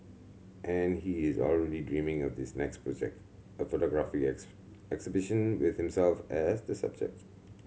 and he is already dreaming of this next project a photography exhibition with himself as the subject